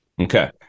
Okay